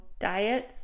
diets